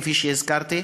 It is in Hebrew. כפי שהזכרתי,